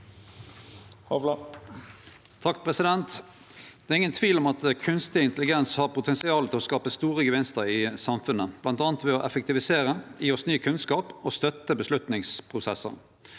(A) Det er ingen tvil om at kunstig intelligens har potensial til å skape store gevinstar i samfunnet, bl.a. ved å effektivisere, gje oss ny kunnskap og støtte avgjerdsprosessar.